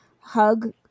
hug